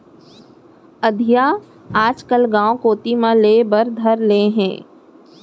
अधिया आजकल गॉंव कोती म लेय बर धर ले हें